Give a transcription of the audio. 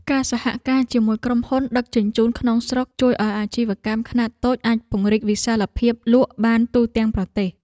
ការសហការជាមួយក្រុមហ៊ុនដឹកជញ្ជូនក្នុងស្រុកជួយឱ្យអាជីវកម្មខ្នាតតូចអាចពង្រីកវិសាលភាពលក់បានទូទាំងប្រទេស។